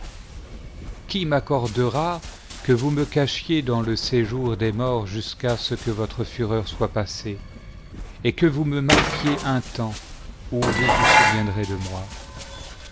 qui m'accordera que vous me cachiez dans le séjour des morts jusqu'à ce que votre fureur soit passée et que vous me marquiez un temps où vous vous souviendrez de moi